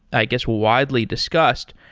i guess, widely discussed,